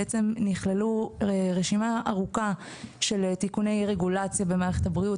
נכללו רשימה ארוכה של תיקוני רגולציה במערכת הבריאות,